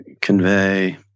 convey